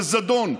בזדון,